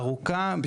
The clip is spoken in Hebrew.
ארוכה,